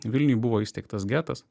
vilniuj buvo įsteigtas getas